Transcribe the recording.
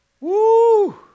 woo